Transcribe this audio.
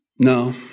No